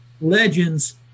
legends